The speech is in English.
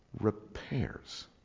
repairs